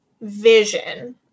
vision